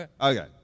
Okay